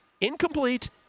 Incomplete